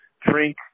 drink